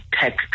tech